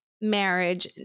marriage